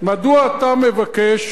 מדוע אתה מבקש,